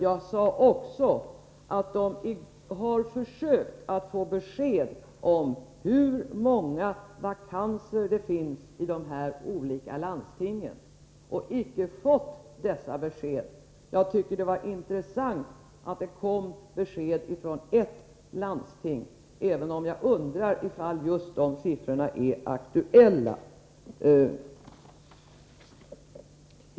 Jag sade också att förbundet har försökt få besked om hur många vakanser det finns i de olika aktuella landstingen och inte fått dessa besked. Jag tycker att det var intressant att det nu kom besked beträffande ett landsting — även om jag undrar ifall just de siffrorna är aktuella.